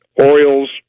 Orioles